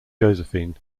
josephine